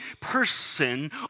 person